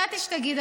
ידעתי שתגיד,